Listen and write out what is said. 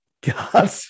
God